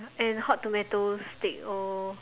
and hot tomato steak oh